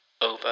over